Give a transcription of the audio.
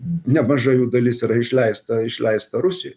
nemaža jų dalis yra išleista išleista rusijoj